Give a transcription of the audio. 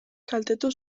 kaltetu